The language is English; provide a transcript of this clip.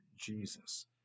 Jesus